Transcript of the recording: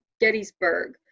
Gettysburg